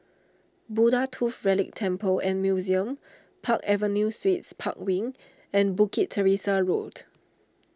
Buddha Tooth Relic Temple and Museum Park Avenue Suites Park Wing and Bukit Teresa Road